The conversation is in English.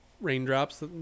raindrops